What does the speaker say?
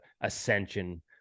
ascension